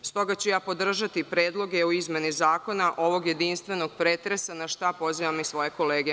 S toga, ja ću podržati predloge o izmeni zakona ovog jedinstvenog pretresa, a na šta pozivam i svoje kolege.